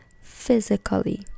physically